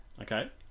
okay